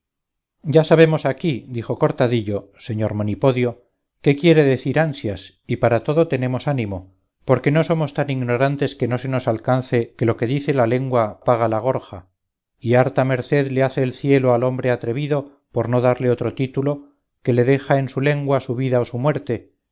ya sabemos aquí dijo cortadillo señor monipodio qué quiere decir ansias y para todo tenemos ánimo porque no somos tan ignorantes que no se nos alcance que lo que dice la lengua paga la gorja y harta merced le hace el cielo al hombre atrevido por no darle otro título que le deja en su lengua su vida o su muerte